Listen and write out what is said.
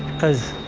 because,